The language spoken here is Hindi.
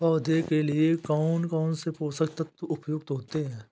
पौधे के लिए कौन कौन से पोषक तत्व उपयुक्त होते हैं?